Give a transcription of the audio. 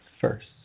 first